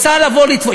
רוצה לבוא לטבול,